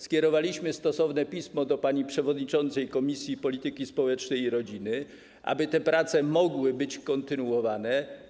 Skierowaliśmy stosowne pismo do pani przewodniczącej Komisji Polityki Społecznej i Rodziny, aby te prace mogły być kontynuowane.